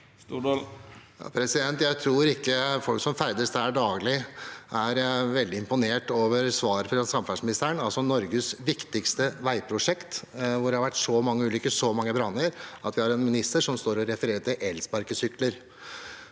Jeg tror ikke at folk som ferdes der daglig, er veldig imponert over svaret fra samferdselsministeren. Dette er altså Norges viktigste veiprosjekt, hvor det har vært svært mange ulykker og branner, og vi har en minister som står og refererer til elsparkesykler.